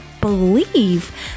believe